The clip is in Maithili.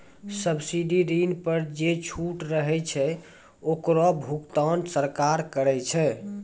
सब्सिडी ऋण पर जे छूट रहै छै ओकरो भुगतान सरकार करै छै